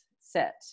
set